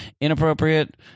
inappropriate